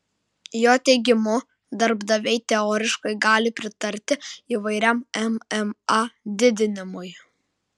jo teigimu darbdaviai teoriškai gali pritarti įvairiam mma didinimui